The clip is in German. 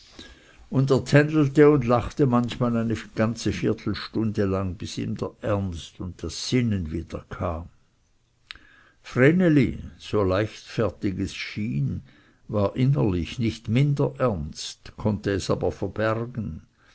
und er tändelte und lachte manchmal eine ganze viertelstunde lang bis ihm der ernst und das sinnen wieder kam vreneli so leichtfertig es schien war innerlich nicht minder ernst konnte es aber verbergen